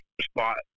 spot